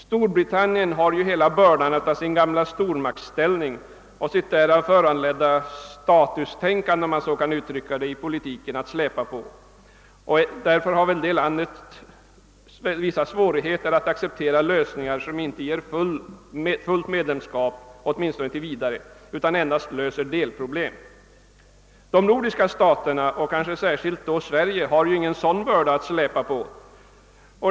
Storbritannien har ju hela bördan av sin gamla stormaktsställning och sitt därav föranledda statustänkande, om man kan uttrycka det så i politiken, att släpa på. Därför har väl det landet vissa svårigheter, åtminstone tills vidare, att acceptera lösningar som inte ger fullt medlemskap, utan endast löser delproblem. De nordiska staterna och kanske särskilt Sverige har ju ingen sådan börda att släpa på.